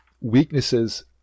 weaknesses